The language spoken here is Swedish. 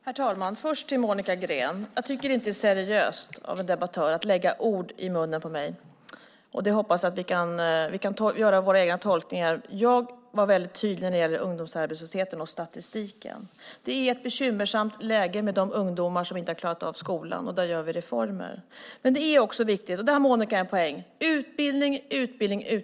Herr talman! Jag vänder mig först till Monica Green. Jag tycker inte att det är seriöst av en debattör att lägga ord i min mun. Vi kan göra våra egna tolkningar. Jag var väldigt tydlig i fråga om ungdomsarbetslösheten och statistiken. Det är ett bekymmersamt läge med de ungdomar som inte har klarat av skolan. Därför genomför vi reformer. Monica har dock en poäng. Det handlar om utbildning.